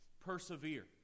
persevere